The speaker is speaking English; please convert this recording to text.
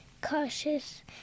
cautious